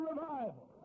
revival